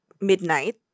midnight